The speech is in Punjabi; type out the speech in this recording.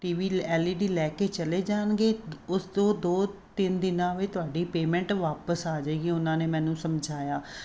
T V L E D ਲੈ ਕੇ ਚਲੇ ਜਾਣਗੇ ਉਸ ਤੋਂ ਦੋ ਤਿੰਨ ਦਿਨਾਂ ਵਿੱਚ ਤੁਹਾਡੀ ਪੇਮੈਂਟ ਵਾਪਸ ਆ ਜਾਏਗੀ ਉਹਨਾਂ ਨੇ ਮੈਨੂੰ ਸਮਝਾਇਆ